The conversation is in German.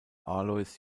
alois